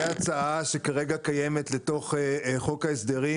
זה הצעה שכרגע קיימת בתוך חוק ההסדרים.